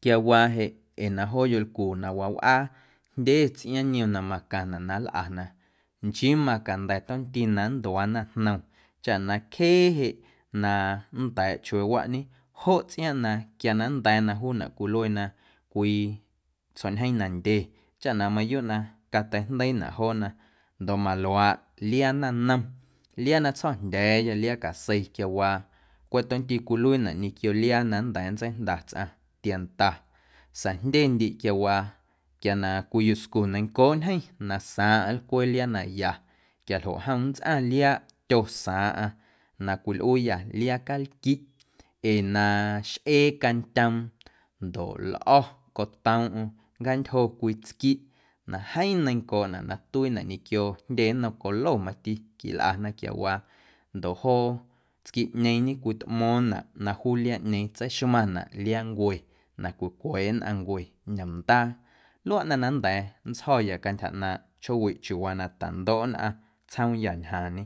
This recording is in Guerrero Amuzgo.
quiawaa jeꞌ ee na joo yolcu na wawꞌaa jndye tsꞌiaaⁿ niom na macaⁿnaꞌ na nlꞌana nchii macanda̱ tomti na nntuaana jnom chaꞌ na cjee jeꞌ na nnda̱a̱ꞌ chueewaꞌñe joꞌ tsꞌiaaⁿꞌ na quia na nnda̱a̱na juunaꞌ cwiluena cwii tsjo̱ñjeeⁿ na ndye chaꞌ na mayuuꞌ na cateijndeiinaꞌ joona ndoꞌ maluaaꞌ liaa nanom liaa na tsjo̱jndya̱a̱ya liaa casei quiawaa cweꞌ tomti cwiluiinaꞌ ñequio liaa na nnda̱a̱ nntseijnda tsꞌaⁿ tienda sa̱a̱ jndyendiiꞌ quiawaa quia na cwii yuscu neiⁿncooꞌ ntyjeⁿ na saaⁿꞌaⁿ nlcuee liaa na ya quiajoꞌ jom nntsꞌaⁿ liaaꞌ tyosaaⁿꞌaⁿ na cwilꞌuuyâ liaa calquiꞌ ee na xꞌee cantyoom ndoꞌ lꞌo̱ cotoomꞌm nncjantyjo cwii tsquiꞌ na jeeⁿ neiⁿncooꞌnaꞌ na tuiinaꞌ ñequio jndye nnom colo mati quilꞌana quiawaa ndoꞌ joo tsquiꞌñeeⁿñe cwitꞌmo̱o̱ⁿnaꞌ na juu liaaꞌñeeⁿ tseixmaⁿnaꞌ liaancue na cwicweeꞌ nnꞌaⁿncue ñomndaa luaꞌ ꞌnaⁿ na nnda̱a̱ nntsjo̱ya cantyja ꞌnaaⁿꞌ chjoowiꞌ chiuuwaa na tandoꞌ nnꞌaⁿ tsjoomyâ ñjaaⁿñe.